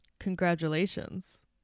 Congratulations